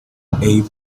abe